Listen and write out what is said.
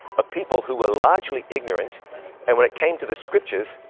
of people who were largely ignorant and, when it came to the scriptures,